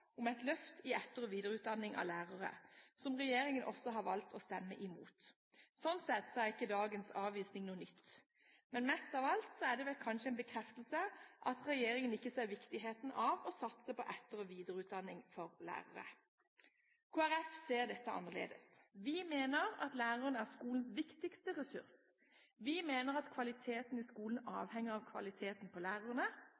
om et løft i etter- og videreutdanning av lærere som regjeringen også har valgt å stemme imot. Sånn sett er ikke dagens avvisning noe nytt. Mest av alt er det vel kanskje en bekreftelse på at regjeringen ikke ser viktigheten av å satse på etter- og videreutdanning for lærere. Kristelig Folkeparti ser dette annerledes. Vi mener at lærerne er skolens viktigste ressurs. Vi mener at kvaliteten i skolen